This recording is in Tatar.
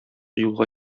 юлга